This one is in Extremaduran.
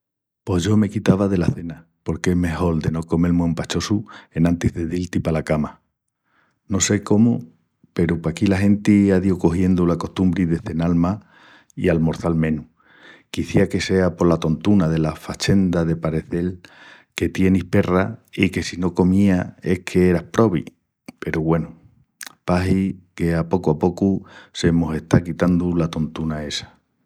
Pos yo me quitava dela cena porque es mejol de no comel mu empachosu enantis de dil-ti pala cama. No sé cómu peru paquí la genti á diu cogiendu la costumbri de cenal más i almorçal menus. Quiciás que sea pola tontuna dela fachenda de parecel que tienis perras i que si no comías es qu'eras probi peru, güenu, pahi qu'a pocu a pocu se mos está quitandu la tontuna essa.